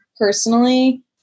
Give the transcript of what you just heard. Personally